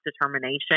determination